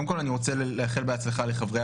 קודם כל אני רוצה לאחל הצלחה לחברי